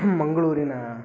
ಮಂಗಳೂರಿನ